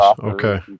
okay